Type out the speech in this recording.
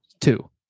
two